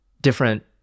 different